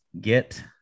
get